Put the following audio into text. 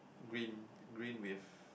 green green with